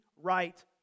right